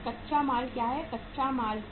कच्चा माल क्या है कच्चे माल को